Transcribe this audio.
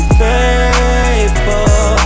faithful